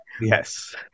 yes